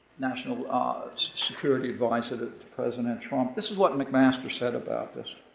national security advisor to to president trump. this is what mcmaster said about this,